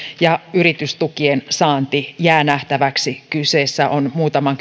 ja yritystukien saanti jää nähtäväksi kyseessä on muutaman